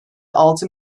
altı